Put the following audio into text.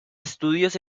estudios